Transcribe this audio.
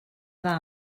dda